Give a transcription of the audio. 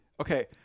okay